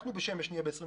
אנחנו נהיה בשמש ב-26%.